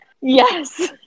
Yes